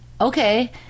Okay